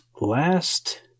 Last